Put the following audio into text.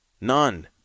none